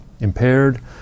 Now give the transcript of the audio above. impaired